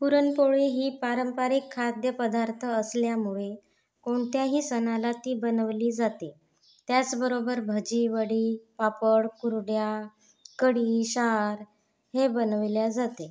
पुरणपोळी ही पारंपरिक खाद्यपदार्थ असल्यामुळे कोणत्याही सणाला ती बनवली जाते त्याचबरोबर भजी वडी पापड कुरडया कढी सार हे बनविल्या जाते